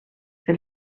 que